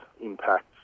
impacts